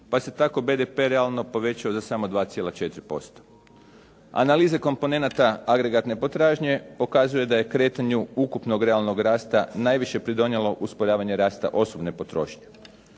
pa se tao BDP realno povećao za samo 2,4%. Analize komponenata agregatne potražnje, pokazuje da je kretanju ukupnog realnog rasta najviše pridonijelo usporavanje rasta osobne potrošnje.